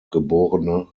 geb